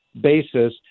basis